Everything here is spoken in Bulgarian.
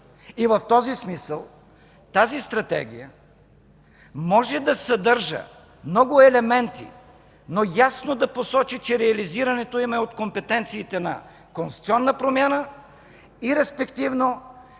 И в такъв смисъл тази Стратегия може да съдържа много елементи, но ясно да посочи, че реализирането им е от компетенциите на конституционна промяна и респективно